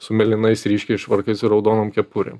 su mėlynais ryškiais švarkais ir raudonom kepurėm